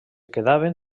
quedaven